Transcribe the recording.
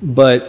but